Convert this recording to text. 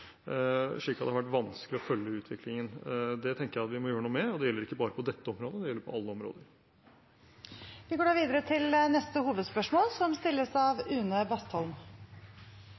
slik at det har vært vanskelig å følge utviklingen. Det tenker jeg at vi må gjøre noe med, og det gjelder ikke bare på dette området, det gjelder på alle områder. Vi går videre til neste hovedspørsmål.